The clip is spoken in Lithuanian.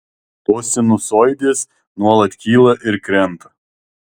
tos sinusoidės nuolat kyla ir krenta